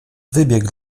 wybieg